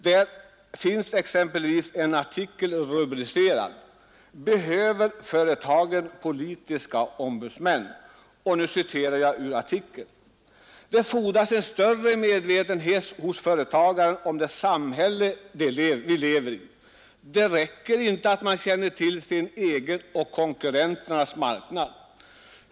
Där finns exempelvis en artikel rubricerad: ”Behöver företagen politiska ombudsmän?” Jag citerar ur den artikeln: ”Det fordras en större medvetenhet hos företagaren om det samhälle vi lever i. Det räcker inte att man känner till sin egen och konkurrenternas marknad.